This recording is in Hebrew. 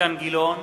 אילן גילאון,